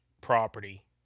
property